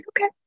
Okay